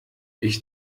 ich